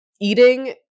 eating